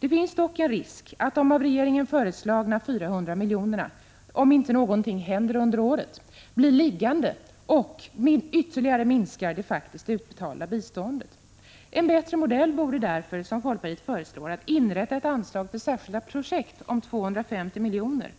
Det finns dock en risk att de av regeringen föreslagna 400 miljonerna, om inte någonting händer under året, blir liggande och ytterligare minskar det faktiskt utbetalda biståndet. En bättre modell vore därför att, som folkpartiet föreslår, inrätta ett anslag om 250 miljoner för särskilda projekt.